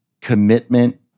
commitment